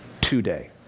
today